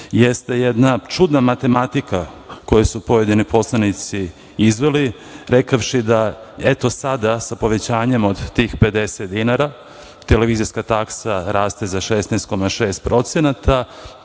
jeste jedna čudna matematika koji su pojedini poslanici izveli, rekavši, da eto sada sa povećanjem od tih 50 dinara, televizijska taksa raste za 16,6% te da